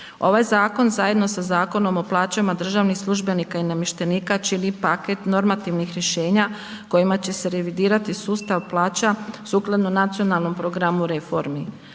Ovaj zakon zajedno sa Zakonom o plaćama državnih službenika i namještenika čini paket normativnih rješenja kojima će se revidirati sustav plaća sukladno Nacionalnom programu reformi.